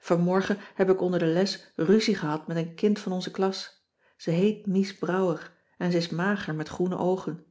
vanmorgen heb ik onder de les ruzie gehad met een kind van onze klas ze heet mies brouwer en ze is mager met groene oogen